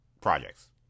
projects